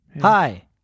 Hi